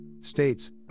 states